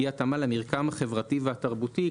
אי התאמה למרקם החברתי והתרבותי.